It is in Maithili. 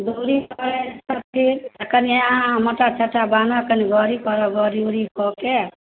दूरी पड़ै छथिन आ कनिए अहाँ मोटा चोटा बान्हय कनि गाड़ी करय गाड़ी उड़ी कऽ के